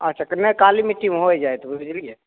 अच्छा नहि काली मिट्टीमे हो जायत बुझलियै